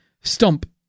Stump